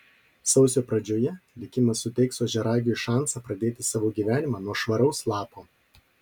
sausio pradžioje likimas suteiks ožiaragiui šansą pradėti savo gyvenimą nuo švaraus lapo